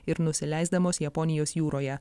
ir nusileisdamos japonijos jūroje